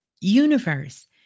universe